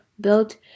built